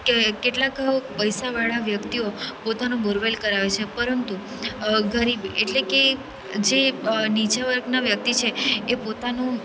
કેટલાક પૈસાવાળા વ્યક્તિઓ પણ બોરવેલ કરાવે છે પરંતુ ગરીબ એટલે કે જે નીચા વર્ગના વ્યક્તિ છે એ પોતાનું